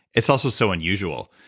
it's also so unusual.